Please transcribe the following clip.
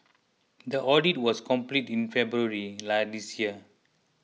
the audit was completed in February lie this year